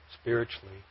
spiritually